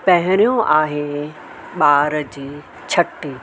पहरियों आहे ॿार जी छटी